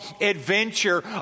adventure